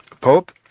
Pope